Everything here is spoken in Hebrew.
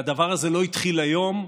והדבר הזה לא התחיל היום,